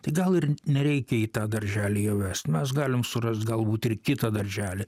tai gal ir nereikia į tą darželį jo vest mes galim surast galbūt ir kitą darželį